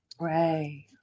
right